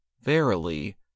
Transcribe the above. verily